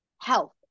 health